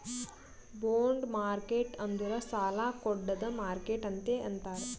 bond market ಅಂದುರ್ ಸಾಲಾ ಕೊಡ್ಡದ್ ಮಾರ್ಕೆಟ್ ಅಂತೆ ಅಂತಾರ್